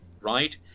right